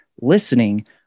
listening